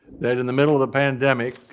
that in the middle of the pandemic,